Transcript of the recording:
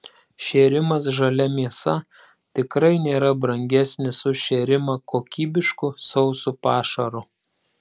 šėrimas žalia mėsa tikrai nėra brangesnis už šėrimą kokybišku sausu pašaru